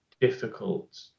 difficult